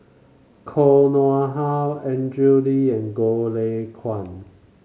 Koh Nguang How Andrew Lee and Goh Lay Kuan